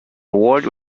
award